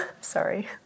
Sorry